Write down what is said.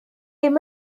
ddim